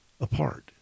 apart